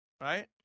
right